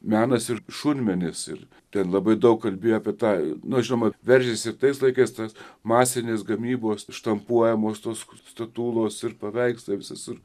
menas ir šunmenis ir ten labai daug kalbėjo apie tą nu žinoma veržėsi ir tais laikais tas masinės gamybos štampuojamos tos statulos ir paveikslai ir visur